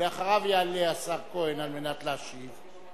ואחריו יעלה השר כהן על מנת להשיב.